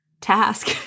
task